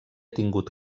tingut